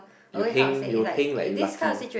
you heng you heng like you lucky